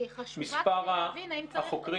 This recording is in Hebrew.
כי היא חשובה כדי להבין האם צריך את הכלי.